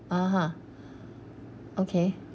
(uh huh) okay